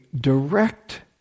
direct